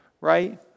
right